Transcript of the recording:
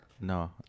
no